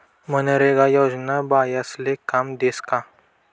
मनरेगा योजना बायास्ले काम देस का?